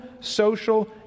social